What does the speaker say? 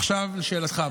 עכשיו לשאלתך.